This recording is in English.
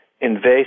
invasive